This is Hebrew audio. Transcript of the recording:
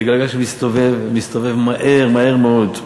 זה גלגל שמסתובב, ומסתובב מהר, מהר מאוד,